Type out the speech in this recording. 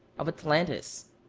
of atlantis.